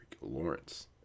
Lawrence